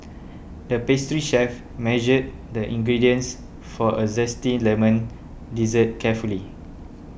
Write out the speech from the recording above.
the pastry chef measured the ingredients for a Zesty Lemon Dessert carefully